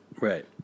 Right